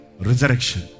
resurrection